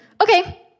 okay